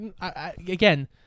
again